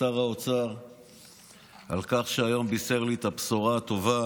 לשר האוצר על כך שהיום בישר לי את הבשורה הטובה